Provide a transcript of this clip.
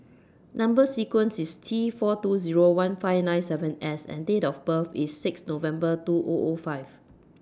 Number sequence IS T four two Zero one five nine seven S and Date of birth IS six November two O O five